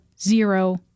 zero